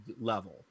level